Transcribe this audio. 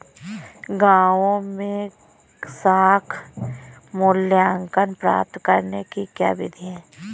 गाँवों में साख मूल्यांकन प्राप्त करने की क्या विधि है?